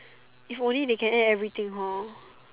if only they can add everything hor